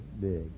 big